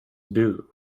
due